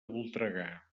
voltregà